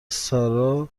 ساراجوو